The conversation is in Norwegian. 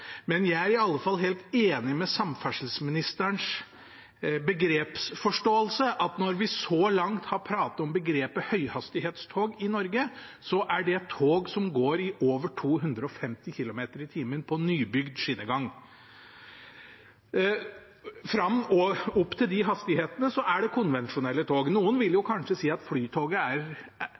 men jeg er i alle fall helt enig i samferdselsministerens begrepsforståelse, at når vi så langt har pratet om begrepet «høyhastighetstog» i Norge, er det tog som går i over 250 km/t på nybygd skinnegang. Opp til de hastighetene er det konvensjonelle tog. Noen vil kanskje si at Flytoget er